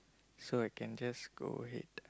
so I can just go ahead